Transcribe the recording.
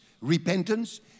repentance